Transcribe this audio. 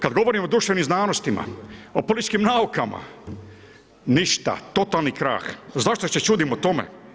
Kad govorimo o društvenim znanostima, o političkim naukama, ništa, totalni krah, zašto se čudimo tome.